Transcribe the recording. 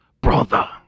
Brother